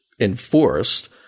enforced